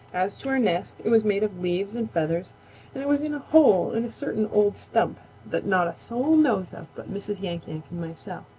as to our nest, it was made of leaves and feathers and it was in a hole in a certain old stump that not a soul knows of but mrs. yank-yank and myself.